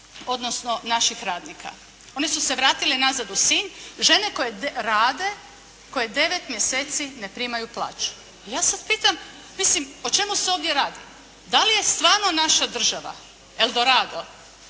odnosno naših radnika. One su se vratile nazad u Sinj. Žene koje rade, koje 9 mjeseci ne primaju plaću. I ja sad pitam mislim o čemu se ovdje radi? Da li je stvarno naša država Eldorado